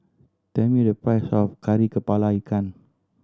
tell me the price of Kari Kepala Ikan